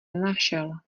nenašel